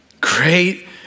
Great